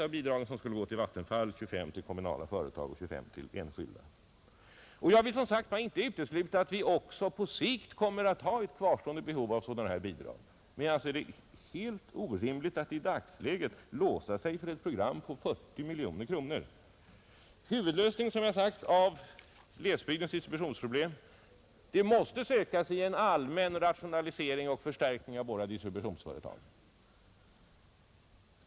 Av bidragen Främjande av lands Jag vill som sagt inte utesluta att vi också på sikt kommer att ha ett kvardröjande behov av sådana här bidrag, men jag anser det helt orimligt att i dagsläget låsa sig för ett program på 40 miljoner kronor. Huvudlösningen av glesbygdens distributionsproblem måste, som jag sagt, sökas i en allmän rationalisering och förstärkning av våra distributionsföretag.